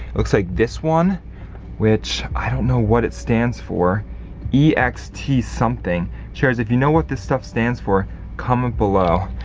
looks like this one which i don't know what it stands for yeah ext something sharers, if you know what this stuff stands for comment below.